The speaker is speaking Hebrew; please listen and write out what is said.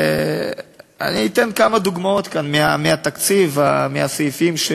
אני אתן כמה דוגמאות כאן מהתקציב, מהסעיפים.